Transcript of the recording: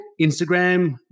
Instagram